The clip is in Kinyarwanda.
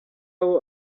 aho